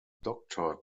doctor